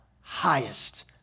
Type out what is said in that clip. highest